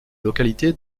localité